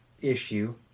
issue